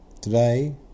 today